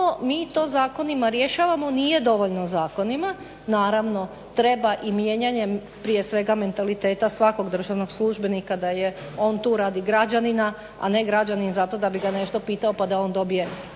mi to zakonima rješavamo. Nije dovoljno zakonima, naravno treba i mijenjanjem prije svega mentaliteta svakog državnog službenika da je on tu radi građanina, a ne građanin da bi ga zato nešto pitao pa da on dobije